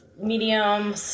Medium